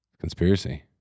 Conspiracy